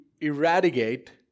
eradicate